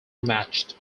matched